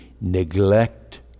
neglect